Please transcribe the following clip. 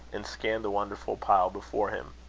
and scanned the wonderful pile before him.